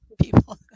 people